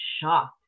shocked